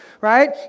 right